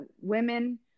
women